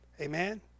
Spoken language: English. Amen